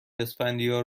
اسفندیار